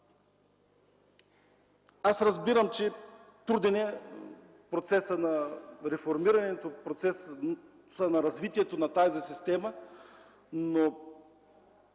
Разбирам, че е труден процесът на реформирането, процесът на развитието на тази система, но